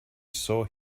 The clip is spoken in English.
saw